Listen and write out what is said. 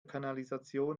kanalisation